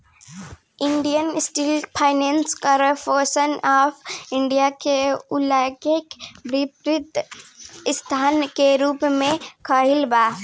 industrial finance corporation of India के उल्लेख वित्तीय संस्था के रूप में कईल बा